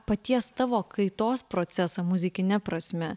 paties tavo kaitos procesą muzikine prasme